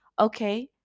okay